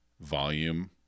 volume